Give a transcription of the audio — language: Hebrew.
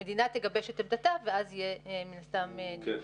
המדינה תגבש את עמדתה ואז יהיה מן הסתם --- הוא